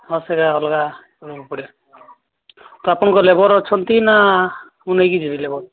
ହଁ ସେୟା ଅଲଗା କରିବାକୁ ପଡ଼େ ତ ଆପଣଙ୍କ ଲେବର ଅଛନ୍ତି ନା ମୁଁ ନେଇକି ଯିବି ଲେବର